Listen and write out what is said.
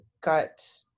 got